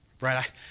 Right